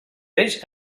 ells